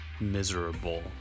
miserable